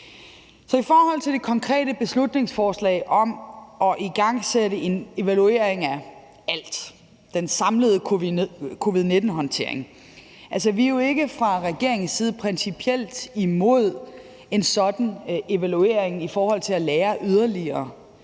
Så i forhold til det konkrete beslutningsforslag om at igangsætte en evaluering af den samlede covid-19 håndtering, vil jeg sige, at vi jo fra regeringens side ikke principielt er imod en sådan evaluering i forhold til at lære yderligere,